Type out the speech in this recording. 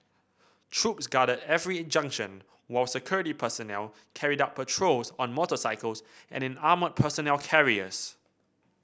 troops guarded every in junction while security personnel carried out patrols on motorcycles and in armoured personnel carriers